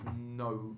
no